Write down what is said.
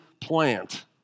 plant